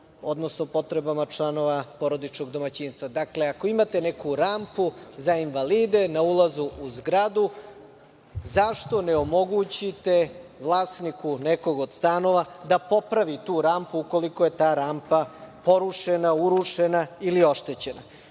odnosno potrebama članova porodičnog domaćinstva. Dakle, ako imate neku rampu za invalide na ulazu u zgradu, zašto ne omogućite vlasniku nekog od stanova da popravi tu rampu ukoliko je ta rampa porušena, urušena ili oštećena?U